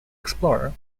explorer